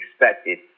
expected